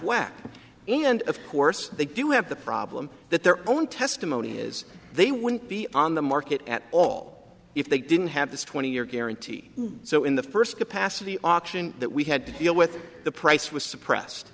whack and of course they do have the problem that their own testimony is they wouldn't be on the market at all if they didn't have this twenty year guarantee so in the first capacity auction that we had to deal with the price was suppressed